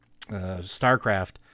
starcraft